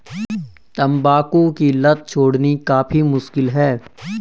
तंबाकू की लत छोड़नी काफी मुश्किल है